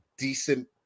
decent